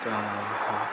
ତ